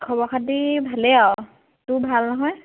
খবৰ খাতি ভালেই আৰু তোৰ ভাল নহয়